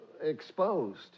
exposed